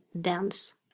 dance